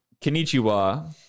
Kenichiwa